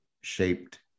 shaped